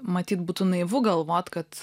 matyt būtų naivu galvot kad